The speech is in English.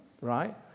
right